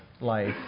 life